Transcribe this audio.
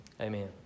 amen